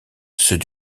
ceux